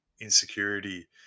insecurity